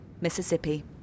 Mississippi